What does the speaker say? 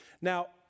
Now